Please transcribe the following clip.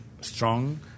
strong